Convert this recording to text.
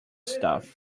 stuff